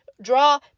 draw